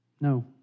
no